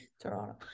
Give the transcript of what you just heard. Toronto